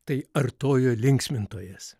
tai artojo linksmintojas